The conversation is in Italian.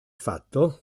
fatto